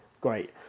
Great